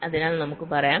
അതിനാൽ നമുക്ക് പറയാം